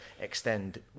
extend